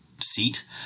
seat